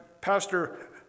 Pastor